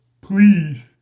please